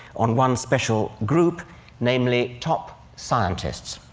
on one special group namely, top scientists.